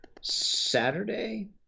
Saturday